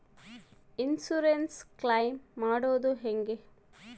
Insurance claim ಮಾಡದು ಹೆಂಗೆ?